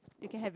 you can have it